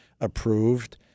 approved